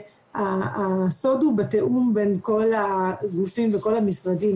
שהסוד הוא בתיאום בין כל הגופים וכל המשרדים.